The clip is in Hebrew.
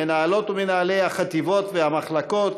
מנהלות ומנהלי החטיבות והמחלקות,